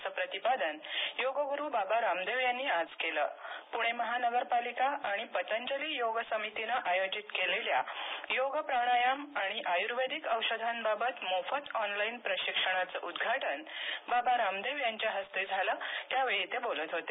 असं प्रतिपादन योगग्रु बाबा रामदेव यांनी आज केलं प्रणे महानगरपालिका आणि पतंजली योग समितीनं योग प्राणायाम आणि आयुर्वेदिक औषधांबाबत मोफत ऑनलाईन प्रशिक्षणाचं उद्घाटन बाबा रामदेव यांच्या हस्ते झालं त्यावेळी ते बोलत होते